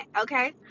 okay